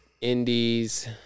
indies